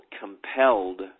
compelled